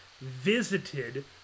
visited